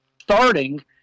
Starting